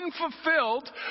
unfulfilled